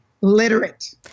literate